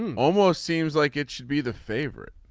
um almost seems like it should be the favorite.